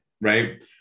Right